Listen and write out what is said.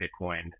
Bitcoin